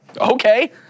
okay